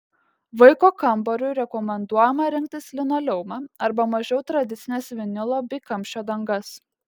vaiko kambariui rekomenduojama rinktis linoleumą arba mažiau tradicines vinilo bei kamščio dangas